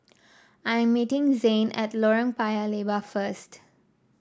I am meeting Zain at Lorong Paya Lebar first